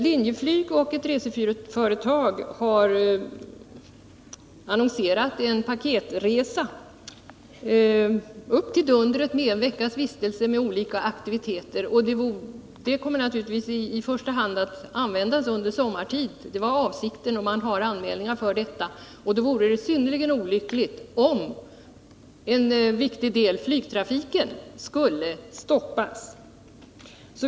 Linjeflyg och ett resebyråföretag har annonserat en paketresa upp till Dundret, inkluderande en veckas vistelse där med olika aktiviteter. Avsikten är naturligtvis att sådana resor i första hand skulle komma att genomföras under sommartid, och det föreligger anmälningar till sådana resor. Det vore synnerligen olyckligt om en viktig del i detta paket, flygresorna, skulle inställas.